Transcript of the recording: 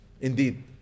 indeed